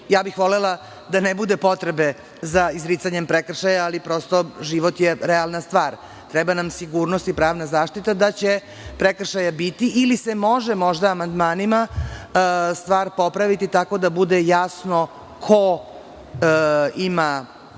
bih da ne bude potrebe za izricanjem prekršaja, ali život je realna stvar, treba nam sigurnost i pravna zaštita, da će prekršaja biti ili se, možda, može amandmanima popraviti stvar tako da bude jasno ko ima